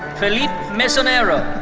phillipe mesonero.